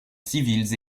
civiles